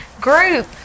group